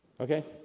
Okay